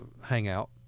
hangout